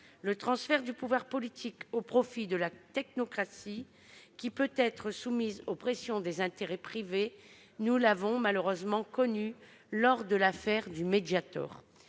Le transfert du pouvoir politique au profit de la technocratie, qui peut être soumise aux pressions des intérêts privés, nous l'avons malheureusement connue lors de l'affaire du Mediator.